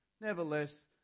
Nevertheless